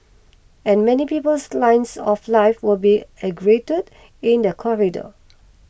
and many people's lines of life will be aggregated in that corridor